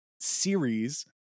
series